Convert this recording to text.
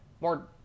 more